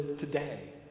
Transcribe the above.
today